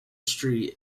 street